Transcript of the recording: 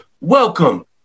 welcome